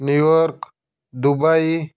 New York Dubai